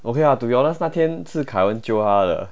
okay lah to be honest 那天是凯文 jio bar 的